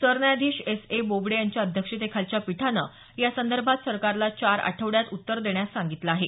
सरन्यायाधीश S A Bobde यांच्या अध्यक्षतेखालच्या पीठानं या संदर्भात सरकारला चार आठवड्यात उत्तर देण्यास सांगितलं आहे